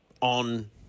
on